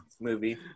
movie